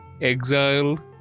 Exiled